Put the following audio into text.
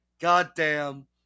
Goddamn